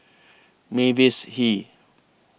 Mavis Hee